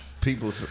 people